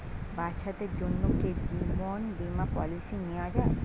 বাচ্চাদের জন্য কি জীবন বীমা পলিসি নেওয়া যায়?